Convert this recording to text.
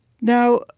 Now